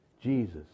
Jesus